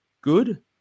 good